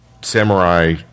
samurai